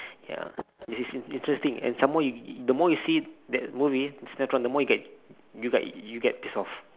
ya it's it's it's interesting and some more the more you see that movie sinetron the more you get you get you get pissed off